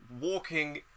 walking